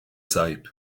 sahip